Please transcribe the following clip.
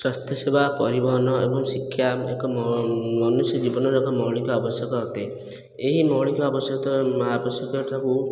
ସ୍ୱାସ୍ଥ୍ୟ ସେବା ପରିବହନ ଏବଂ ଶିକ୍ଷା ଏକ ମନୁଷ୍ୟ ଜୀବନର ଏକ ମୌଳିକ ଆବଶ୍ୟକ ଅଟେ ଏହି ମୌଳିକ ଆବଶ୍ୟକ ଆବଶ୍ୟକତାକୁ